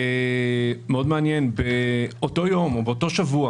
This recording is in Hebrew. מעניין מאוד, באותו שבוע